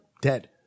dead